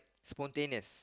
spontaneous